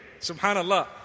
subhanallah